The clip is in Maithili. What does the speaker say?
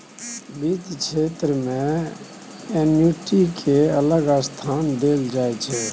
बित्त क्षेत्र मे एन्युटि केँ अलग स्थान देल जाइ छै